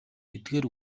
эдгээр